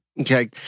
Okay